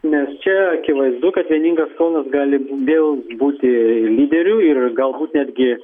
nes čia akivaizdu kad vieningas kaunas gali vėl būti lyderiu ir galbūt netgi